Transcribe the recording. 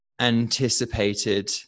anticipated